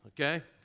okay